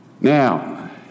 Now